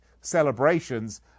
celebrations